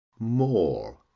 More